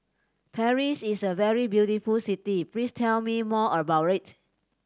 Paris is a very beautiful city please tell me more about it